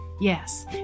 Yes